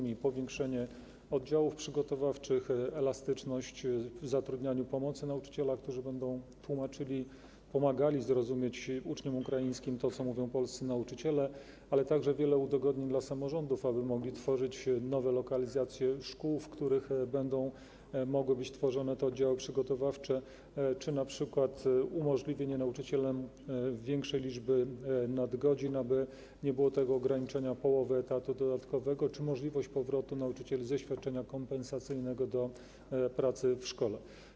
M.in. jest to powiększenie oddziałów przygotowawczych, elastyczność w zatrudnianiu pomocy nauczyciela, którzy będą tłumaczyli, pomagali zrozumieć ukraińskim uczniom to, co mówią polscy nauczyciele, to wiele udogodnień dla samorządów, aby mogły tworzyć nowe lokalizacje szkół, w których będą mogły powstawać te oddziały przygotowawcze, czy np. umożliwienie nauczycielom wypracowania większej liczby nadgodzin, aby nie było tego ograniczenia połowy etatu dodatkowego, a także możliwość powrotu nauczycieli ze świadczenia kompensacyjnego do pracy w szkole.